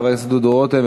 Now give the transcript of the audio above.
חבר הכנסת דודו רותם,